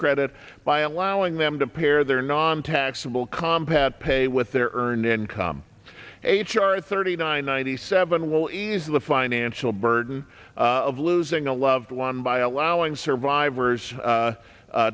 credit by allowing them to pare their nontaxable compact pay with their earned income h r thirty nine ninety seven will ease the financial burden of losing a loved one by allowing survivors